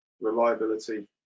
reliability